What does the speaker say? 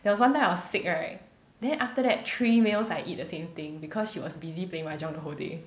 there was one time I was sick right then after that three meals I eat the same thing because she was busy playing mahjong the whole day